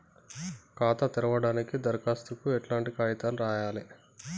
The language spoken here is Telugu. ఖాతా తెరవడానికి దరఖాస్తుకు ఎట్లాంటి కాయితాలు రాయాలే?